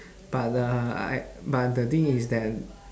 but the I but the thing is that